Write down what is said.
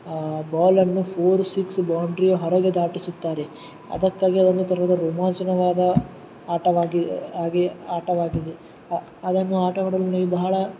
ಆ ಬಾಲನ್ನು four six ಬೌಂಡ್ರೀಯ ಹೊರಗೆ ದಾಟಿಸುತ್ತಾರೆ ಅದಕ್ಕಾಗಿ ಅದೊಂದು ಥರದ ರೋಮಾಂಚನವಾದ ಆಟವಾಗಿ ಆಗಿ ಆಟವಾಗಿದೆ ಅದನ್ನು ಆಟವಾಡಲು ನನಗೆ ಬಹಳ